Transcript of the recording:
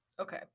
okay